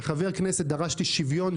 כחבר כנסת דרשתי שוויון,